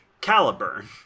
Caliburn